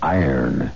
iron